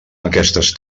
aquestes